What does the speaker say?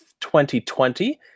2020